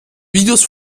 videos